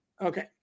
Okay